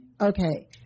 Okay